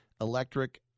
electric